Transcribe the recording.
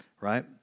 right